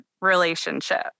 relationship